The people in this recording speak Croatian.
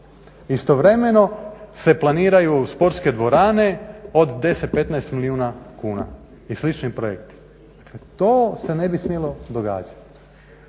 Istovremeno se planiraju sportske dvorane od 10, 15 milijuna kuna i slični projekti. Dakle to se ne bi smjelo događati